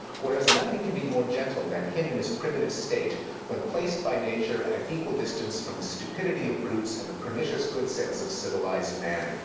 whereas nothing can be more gentle than him in his primitive state when placed by nature at an equal distance from the stupidity of brutes and the pernicious good sense of civilized man.